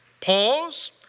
Pause